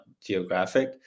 geographic